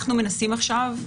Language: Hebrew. אנחנו מנסים עכשיו,